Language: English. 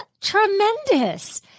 tremendous